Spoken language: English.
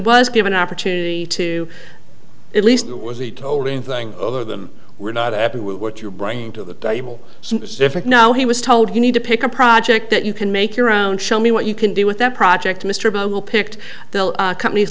was given an opportunity to at least what was he told anything over them we're not happy with what you're bringing to the table different now he was told you need to pick a project that you can make your own show me what you can do with that project mr bogle picked the companies